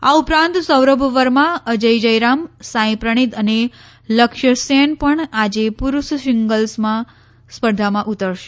આ ઉપરાંત સૌરભ વર્મા અજય જયરામ સાઇ પ્રણીત અને લક્ષ્યસેન પણ આજે પુરૂષ સીગલ્સ સ્પર્ધામાં ઉતરશે